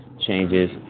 changes